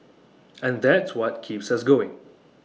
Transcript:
and that's what keeps us going